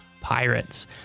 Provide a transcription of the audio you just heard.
Pirates